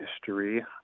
history